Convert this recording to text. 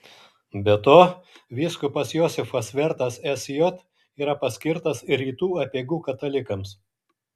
be to vyskupas josifas vertas sj yra paskirtas ir rytų apeigų katalikams